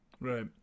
right